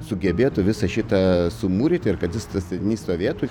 sugebėtų visą šitą sumūryti ir kad tas statinys stovėtų